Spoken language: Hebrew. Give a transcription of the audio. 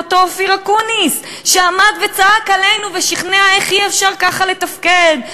ואותו אופיר אקוניס שעמד וצעק עלינו ושכנע איך אי-אפשר ככה לתפקד,